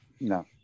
No